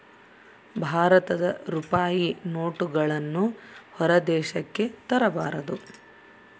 ಭಾರತದ ರೂಪಾಯಿ ನೋಟುಗಳನ್ನು ಹೊರ ದೇಶಕ್ಕೆ ತರಬಾರದು